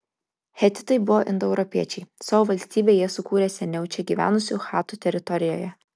hetitai buvo indoeuropiečiai savo valstybę jie sukūrė seniau čia gyvenusių chatų teritorijoje